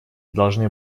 должны